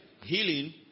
healing